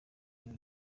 iba